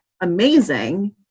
amazing